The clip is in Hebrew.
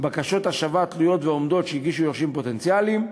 בקשות השבה תלויות ועומדות שהגישו יורשים פוטנציאליים,